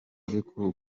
ariko